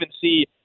see